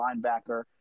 linebacker